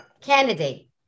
candidate